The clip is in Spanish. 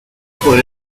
por